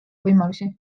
võimalusi